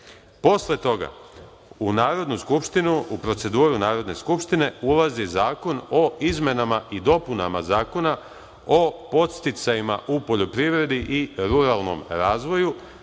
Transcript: skupštinu, u proceduru Narodne skupštine, ulazi Zakon o izmenama i dopunama Zakona o podsticajima u poljoprivredi i ruralnom razvoju.